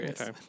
Okay